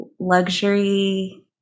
luxury